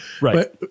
right